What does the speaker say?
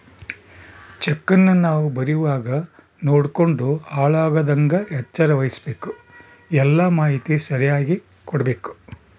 ಚೆಕ್ಕನ್ನ ನಾವು ಬರೀವಾಗ ನೋಡ್ಯಂಡು ಹಾಳಾಗದಂಗ ಎಚ್ಚರ ವಹಿಸ್ಭಕು, ಎಲ್ಲಾ ಮಾಹಿತಿ ಸರಿಯಾಗಿ ಕೊಡ್ಬಕು